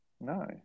No